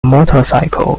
motorcycle